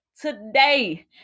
today